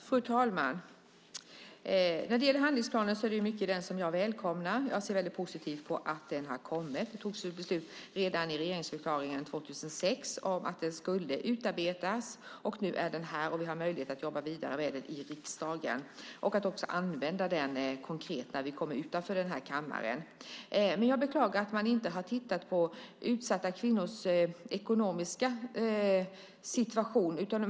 Fru talman! Det är mycket i handlingsplanen som jag välkomnar. Jag ser positivt på att den har kommit. Det fattades beslut redan i regeringsförklaringen 2006 om att den skulle utarbetas. Nu är den här, och vi har möjlighet att jobba vidare med den i riksdagen. Vi kan också använda den konkret när vi kommer utanför den här kammaren. Men jag beklagar att man inte har tittat på utsatta kvinnors ekonomiska situation.